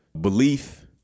belief